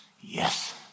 yes